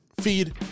feed